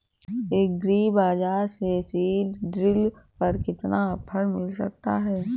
Agree बाजार से seed drill पर कितना ऑफर मिल सकता है?